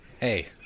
Hey